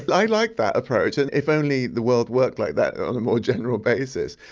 i like that approach, and if only the world worked like that on a more general basis.